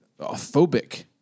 phobic